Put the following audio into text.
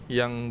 yang